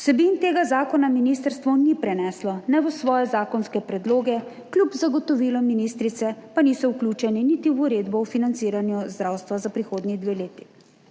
Vsebin tega zakona ministrstvo ni preneslo v svoje zakonske predloge, kljub zagotovilom ministrice pa niso vključeni niti v uredbo o financiranju zdravstva za prihodnji dve leti,